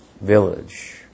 village